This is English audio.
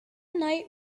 night